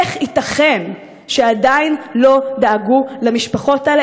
איך ייתכן שעדיין לא דאגו למשפחות האלה?